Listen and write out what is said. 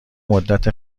مدت